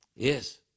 Yes